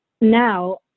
now